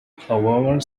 however